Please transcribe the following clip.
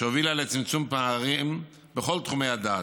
שהובילה לצמצום פערים בכל תחומי הדעת.